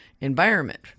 environment